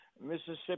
Mississippi